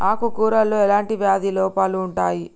ఆకు కూరలో ఎలాంటి వ్యాధి లోపాలు ఉంటాయి?